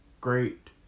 great